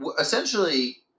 essentially